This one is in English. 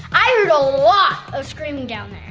i heard a lot of screaming down